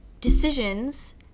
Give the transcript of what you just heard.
decisions